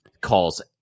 calls